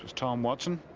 tom watson.